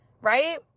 right